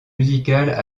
musicales